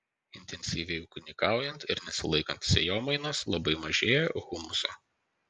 intensyviai ūkininkaujant ir nesilaikant sėjomainos labai mažėja humuso